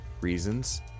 reasons